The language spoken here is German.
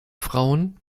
frauen